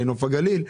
אולי נוף הגליל.